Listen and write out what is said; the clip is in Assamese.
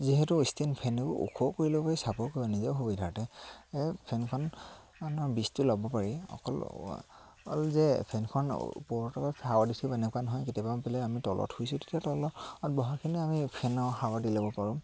যিহেতু ষ্টেণ্ড ফেন ওখও কৰি ল'ব পাৰি চাপৰো কৰি নিজৰ সুবিধাৰ্থে ফেনখন বিচটো ল'ব পাৰি অকল অকল যে ফেনখন ওপৰত অলপ হাৱা দিছো এনেকুৱা নহয় কেতিয়াবা বোলে আমি তলত শুইছো তেতিয়া তলত বহাখিনি আমি ফেনৰ হাৱা দি ল'ব পাৰোঁ